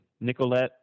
Nicolette